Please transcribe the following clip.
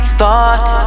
thought